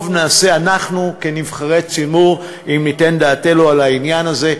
טוב נעשה אנחנו כנבחרי ציבור אם ניתן דעתנו על העניין הזה.